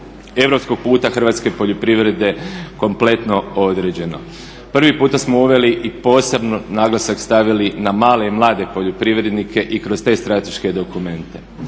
europskog puta hrvatske poljoprivrede kompletno određeno. Prvi puta smo uveli i posebno naglasak stavili na male i mlade poljoprivrednike i kroz te strateške dokumente.